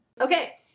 Okay